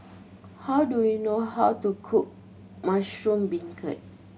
how do you know how to cook mushroom beancurd